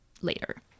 later